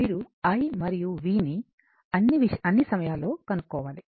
మీరు i మరియు v ని అన్ని సమయాల్లో కనుక్కోవాలి